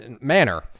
manner